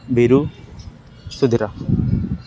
Biru Sudhir